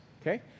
Okay